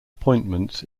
appointments